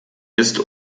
ist